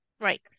right